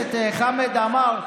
הכנסת חמד עמאר,